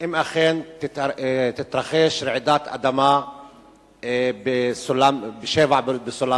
אם אכן תתרחש רעידת אדמה חזקה, 7 בסולם